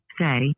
Say